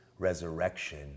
resurrection